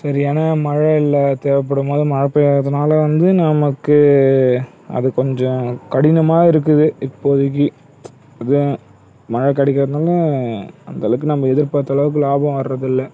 சரியான மழை இல்லை தேவைப்படும் போது மழை பெய்யாததினால வந்து நமக்கு அது கொஞ்சம் கடினமாக இருக்குது இப்போதிக்கு அதுதான் மழை கிடைக்காததுனால அந்த அளவுக்கு நம்ப எதிர்பார்த்த அளவுக்கு லாபம் வர்றதில்லை